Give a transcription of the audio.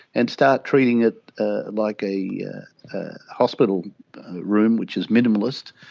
and start treating it ah like a yeah hospital room, which is minimalist.